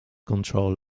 control